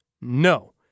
No